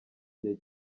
gihe